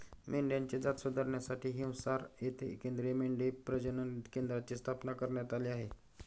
मेंढ्यांची जात सुधारण्यासाठी हिसार येथे केंद्रीय मेंढी प्रजनन केंद्राची स्थापना करण्यात आली आहे